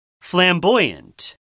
Flamboyant